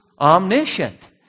omniscient